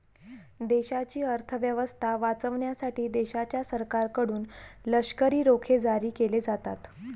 देशाची अर्थ व्यवस्था वाचवण्यासाठी देशाच्या सरकारकडून लष्करी रोखे जारी केले जातात